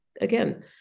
again